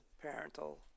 parental